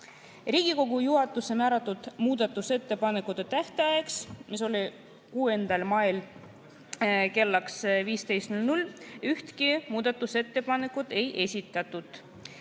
Riigikogu juhatuse määratud muudatusettepanekute tähtajaks, mis oli 6. mail kell 15, ühtegi muudatusettepanekut ei esitatud.